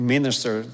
Minister